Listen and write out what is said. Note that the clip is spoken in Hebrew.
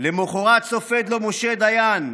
למוחרת סופד לו משה דיין,